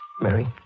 Mary